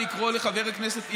לקרוא לחבר הכנסת,